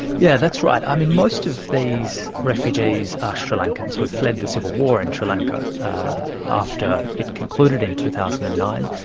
yeah that's right. i mean, most of these refugees are sri lankans who've fled the civil war in sri lanka after it concluded in two thousand and nine.